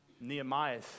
Nehemiah